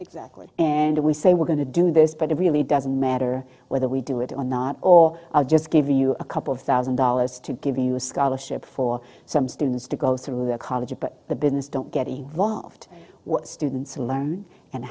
exactly and we say we're going to do this but it really doesn't matter whether we do it or not or i'll just give you a couple of thousand dollars to give you a scholarship for some students to go through their college but the business don't get involved what students learn and